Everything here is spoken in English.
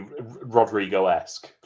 Rodrigo-esque